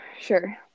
sure